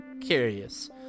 curious